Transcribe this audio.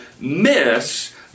miss